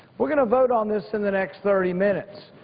we're going to vote on this in the next thirty minutes.